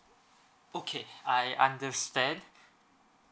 okay I understand